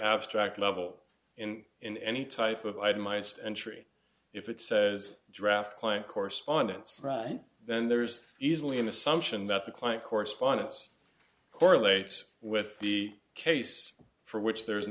abstract level in in any type of itemized entry if it says draft client correspondence then there's easily an assumption that the client correspondence correlates with the case for which there is